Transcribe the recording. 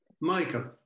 Michael